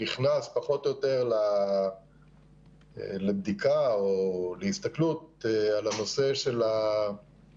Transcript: נכנס פחות או יותר לבדיקה או להסתכלות על הנושא של הבדיקות